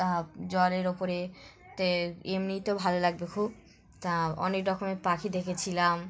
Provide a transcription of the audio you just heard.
তা জলের ওপরে এমনিই তো ভালো লাগবে খুব তা অনেক রকমের পাখি দেখেছিলাম